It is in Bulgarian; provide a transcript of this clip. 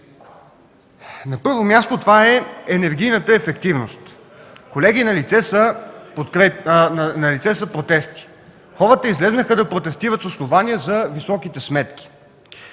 На първо място, това е енергийната ефективност. Колеги, налице са протести. Хората излязоха да протестират с основание, заради високите сметки.